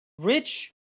rich